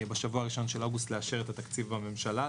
בשבוע הראשון של אוגוסט לאשר את התקציב בממשלה.